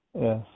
Yes